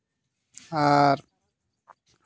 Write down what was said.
ᱟᱨ